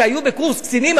שהיו בקורס קצינים,